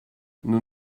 nous